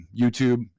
youtube